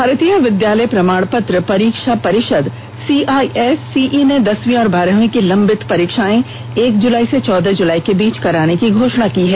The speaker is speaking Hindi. भारतीय विद्यालय प्रमाणपत्र परीक्षा परिषद सीआईएससीई ने दसवीं और बारहवीं की लंबित परीक्षाएं एक जुलाई से चौदह जुलाई के बीच कराने की घोषणा की है